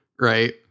Right